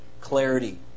clarity